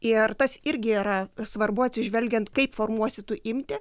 ir tas irgi yra svarbu atsižvelgiant kaip formuosi tu imtį